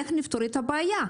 איך נפתור את הבעיה?